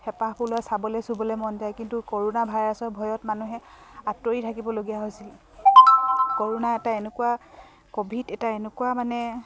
হেঁপাহ পলোৱাই চাবলৈ চুবলৈ মন যায় কিন্তু কৰ'না ভাইৰাছৰ ভয়ত মানুহে আঁতৰি থাকিবলগীয়া হৈছিল কৰ'না এটা এনেকুৱা ক'ভিড এটা এনেকুৱা মানে